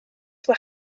were